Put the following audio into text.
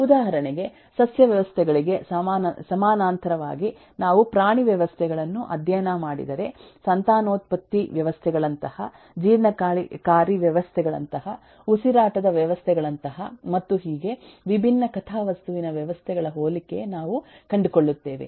ಉದಾಹರಣೆಗೆ ಸಸ್ಯ ವ್ಯವಸ್ಥೆಗಳಿಗೆ ಸಮಾನಾಂತರವಾಗಿ ನಾವು ಪ್ರಾಣಿ ವ್ಯವಸ್ಥೆಗಳನ್ನು ಅಧ್ಯಯನ ಮಾಡಿದರೆ ಸಂತಾನೋತ್ಪತ್ತಿ ವ್ಯವಸ್ಥೆಗಳಂತಹ ಜೀರ್ಣಕಾರಿ ವ್ಯವಸ್ಥೆಗಳಂತಹ ಉಸಿರಾಟದ ವ್ಯವಸ್ಥೆಗಳಂತಹ ಮತ್ತು ಹೀಗೆ ವಿಭಿನ್ನ ಕಥಾವಸ್ತುವಿನ ವ್ಯವಸ್ಥೆಗಳ ಹೋಲಿಕೆ ನಾವು ಕಂಡುಕೊಳ್ಳುತ್ತೇವೆ